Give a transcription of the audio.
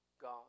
God